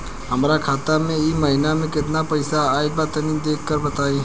हमरा खाता मे इ महीना मे केतना पईसा आइल ब तनि देखऽ क बताईं?